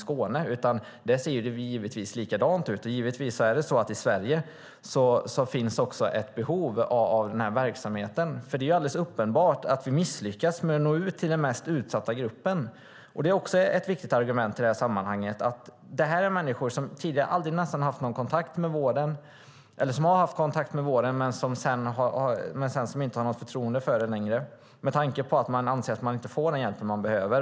Där ser det självklart likadant ut. Naturligtvis finns det också i Sverige ett behov av denna verksamhet. Det är alldeles uppenbart att vi misslyckas med att nå ut till den mest utsatta gruppen. Det är också ett viktigt argument i detta sammanhang. Detta är människor som tidigare nästan aldrig haft någon kontakt med vården eller som har haft kontakt med vården men sedan inte har något förtroende för den längre för att de anser att de inte får den hjälp de behöver.